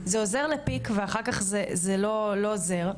זה עוזר לפיק ואחר כך זה לא עוזר.